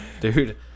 dude